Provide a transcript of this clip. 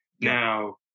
Now